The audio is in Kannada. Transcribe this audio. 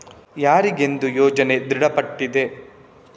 ಯಾರಿಗೆಂದು ಯೋಜನೆ ದೃಢಪಟ್ಟಿದೆ?